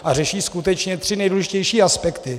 A řeší skutečně tři nejdůležitější aspekty.